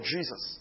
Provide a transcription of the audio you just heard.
Jesus